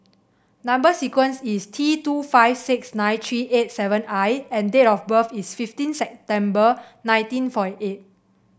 number sequence is T two five six nine three eight seven I and date of birth is fifteen September nineteen forty eight